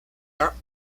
are